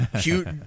Cute